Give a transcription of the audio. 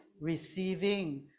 receiving